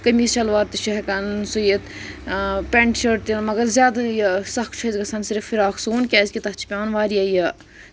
قمیٖز شَلور تہِ چھِ ہیٚکان سُیِتھ پینٹ شٲٹ تہِ مَگر زیادٕ یہِ سَخ چھُ اسہِ گژھان صرِف فِراک سُوُن کیازِ کہِ تَتھ چھُ پیٚوان واریاہ یہِ